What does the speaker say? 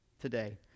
today